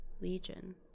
Legion